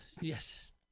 Yes